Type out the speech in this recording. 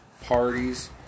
parties